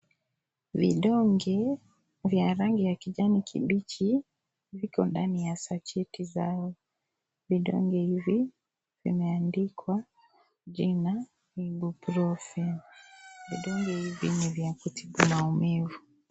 Vidonge vya rangi ya kijani kibichi viko ndani ya sacheti zao, vidonge hivi vimeandikwa jina Ibuprofen. Vidonge hivi ni vya kutibu maumivu.